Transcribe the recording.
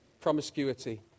promiscuity